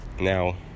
Now